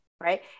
right